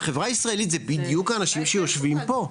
והחברה הישראלית זה בדיוק אנשים שיושבים פה,